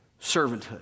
Servanthood